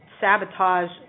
sabotage